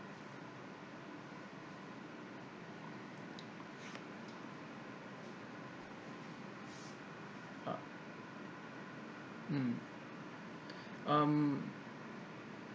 uh mm um